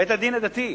בית-הדין הדתי,